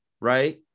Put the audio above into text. right